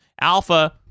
Alpha